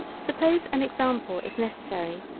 suppose an example is necessary,